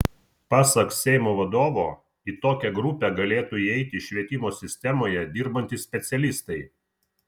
pasak seimo vadovo į tokią grupę galėtų įeiti švietimo sistemoje dirbantys specialistai